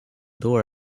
door